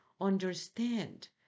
understand